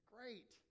Great